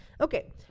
Okay